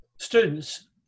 students